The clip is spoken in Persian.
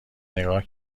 نگاه